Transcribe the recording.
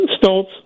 Stoltz